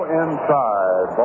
inside